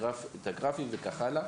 הגרפים וכך הלאה.